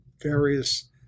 various